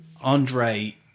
Andre